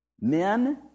Men